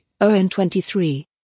ON23